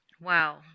Wow